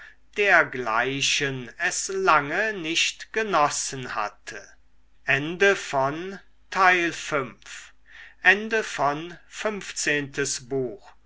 dergleichen es lange nicht genossen hatte